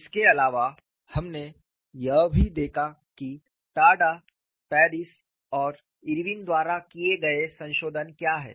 इसके अलावा हमने यह भी देखा कि टाडा पेरिस और इरविन द्वारा किए गए संशोधन क्या हैं